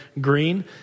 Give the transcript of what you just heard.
green